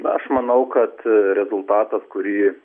na aš manau kad rezultatas kurį